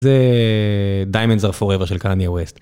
זה diamonds are forever של קניה ווסט.